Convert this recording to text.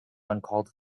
uncalled